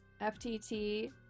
FTT